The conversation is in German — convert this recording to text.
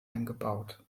eingebaut